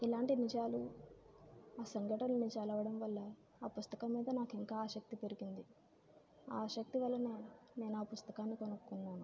ఇలాంటి నిజాలు ఆ సంఘటనలను చదవడంవల్ల ఆ పుస్తకం మీద నాకు ఇంకా ఆసక్తి పెరిగింది ఆసక్తి వలన నేను ఆ పుస్తకాన్ని కొనుక్కున్నాను